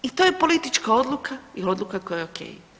I to je politička odluka i odluka koja je ok.